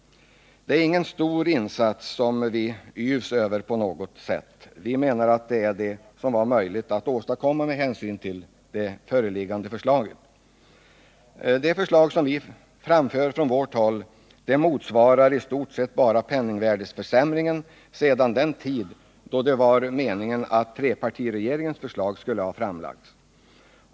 Det är ingen stor ökning, som vi yvs över på något sätt, men vi menar att det är vad som är möjligt att åstadkomma med hänsyn till det föreliggande förslaget. Det förslag som vi framför från vårt håll motsvarar i stort sett bara penningvärdeförändringen sedan den tid då det var meningen att trepartiregeringens. förslag skulle ha framlagts.